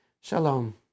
Shalom